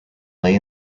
lay